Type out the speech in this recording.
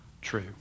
true